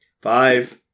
Five